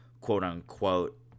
quote-unquote